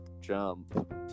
Jump